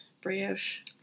brioche